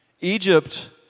Egypt